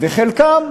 וחלקם,